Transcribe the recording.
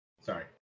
Sorry